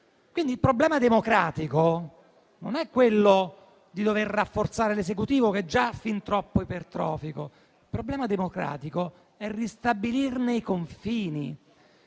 Il problema democratico non è quindi quello di dover rafforzare l'Esecutivo, che è già fin troppo ipertrofico. Il problema democratico è ristabilirne i confini.